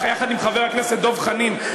יחד עם חבר הכנסת דב חנין,